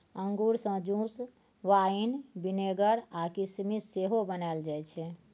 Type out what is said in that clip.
अंगुर सँ juice, wine, vinegar आ किसमिस सेहो बनाएल जाइ छै